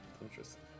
interesting